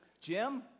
Jim